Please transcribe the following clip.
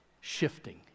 shifting